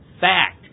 fact